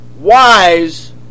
wise